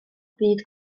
byd